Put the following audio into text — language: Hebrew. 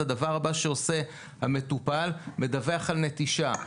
הדבר הבא שעושה המטופל זה לדווח על נטישה.